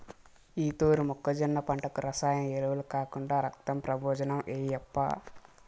ఈ తూరి మొక్కజొన్న పంటకు రసాయన ఎరువులు కాకుండా రక్తం ప్రబోజనం ఏయప్పా